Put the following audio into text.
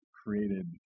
created